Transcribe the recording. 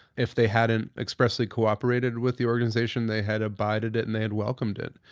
if they hadn't expressly cooperated with the organization, they had abided it and they had welcomed it.